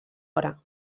hora